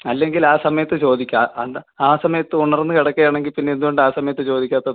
അല്ലെങ്കിൽ ആ സമയത്ത് ചോദിക്കുക അതെന്താ ആ സമയത്ത് ഉണർന്ന് കിടക്കുകയാണെങ്കിൽ പിന്നെ എന്തുകൊണ്ടാണ് ആ സമയത്ത് ചോദിക്കാത്തത്